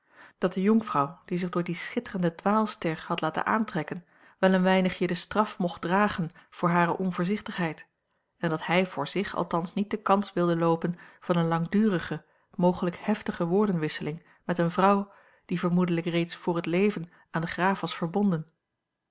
dat de jonkvrouw die zich door die schitterende dwaalster had laten aantrekken wel een weinigje de straf mocht dragen voor hare onvoorzichtigheid en dat hij voor zich althans niet de kans wilde loopen van eene langdurige mogelijk heftige woordenwisseling met eene vrouw die vermoedelijk reeds voor het leven aan den graaf was verbonden